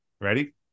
ready